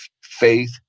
faith